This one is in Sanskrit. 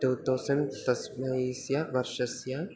टु तौसण्ड् तस्मै तस्य वर्षस्य